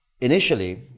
Initially